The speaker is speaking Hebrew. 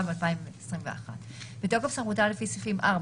התשפ"ב-2021 בתוקף סמכותה לפי סעיפים 4,